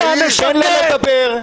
תן לו לדבר.